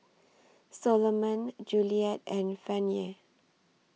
Solomon Juliette and Fannye